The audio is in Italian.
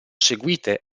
seguite